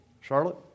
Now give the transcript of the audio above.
Charlotte